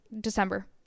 December